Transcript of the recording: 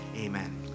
Amen